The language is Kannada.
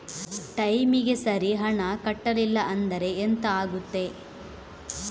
ಟೈಮಿಗೆ ಸರಿ ಹಣ ಕಟ್ಟಲಿಲ್ಲ ಅಂದ್ರೆ ಎಂಥ ಆಗುತ್ತೆ?